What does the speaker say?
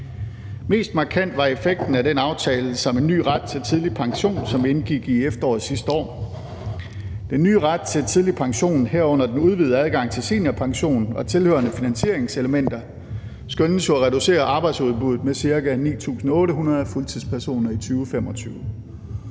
Mest markant var effekten af den aftale om en ny ret til tidlig pension, som vi indgik i efteråret sidste år. Den nye ret til tidlig pension, herunder den udvidede adgang til seniorpension og tilhørende finansieringselementer, skønnes jo at reducere arbejdsudbuddet med ca. 9.800 fuldtidspersoner i 2025.